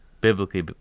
biblically